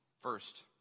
First